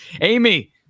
Amy